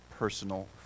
personal